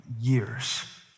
years